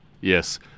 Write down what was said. Yes